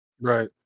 right